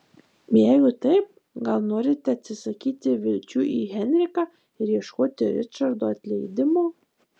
jeigu taip gal norite atsisakyti vilčių į henriką ir ieškoti ričardo atleidimo